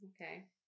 okay